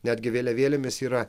netgi vėliavėlėmis yra